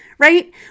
right